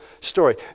story